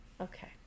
Okay